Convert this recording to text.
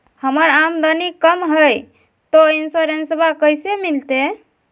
हमर आमदनी कम हय, तो इंसोरेंसबा कैसे मिलते?